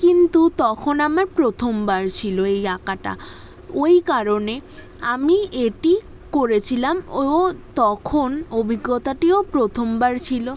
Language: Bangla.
কিন্তু তখন আমার প্রথমবার ছিল এই আঁকাটা ওই কারণে আমি এটি করেছিলাম ও তখন অভিজ্ঞতাটিও প্রথমবার ছিল